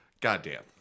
goddamn